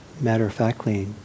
matter-of-factly